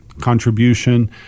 contribution